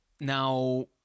Now